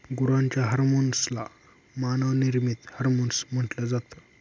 गुरांच्या हर्मोन्स ला मानव निर्मित हार्मोन्स म्हटल जात